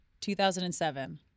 2007